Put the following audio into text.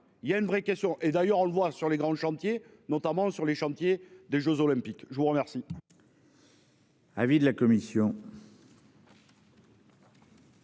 Il y a une vraie question et d'ailleurs on le voit sur les grands chantiers notamment sur les chantiers des Jeux olympiques. Je vous remercie.